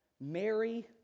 mary